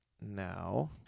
now